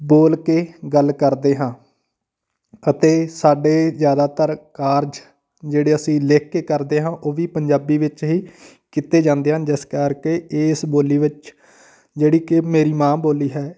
ਬੋਲ ਕੇ ਗੱਲ ਕਰਦੇ ਹਾਂ ਅਤੇ ਸਾਡੇ ਜ਼ਿਆਦਾਤਰ ਕਾਰਜ ਜਿਹੜੇ ਅਸੀਂ ਲਿਖ ਕੇ ਕਰਦੇ ਹਾਂ ਉਹ ਵੀ ਪੰਜਾਬੀ ਵਿੱਚ ਹੀ ਕੀਤੇ ਜਾਂਦੇ ਹਨ ਜਿਸ ਕਰਕੇ ਇਸ ਬੋਲੀ ਵਿੱਚ ਜਿਹੜੀ ਕਿ ਮੇਰੀ ਮਾਂ ਬੋਲੀ ਹੈ